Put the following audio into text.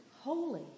holy